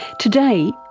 today,